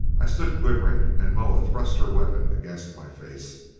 i stood quivering, and moa thrust her weapon against my face.